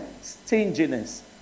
Stinginess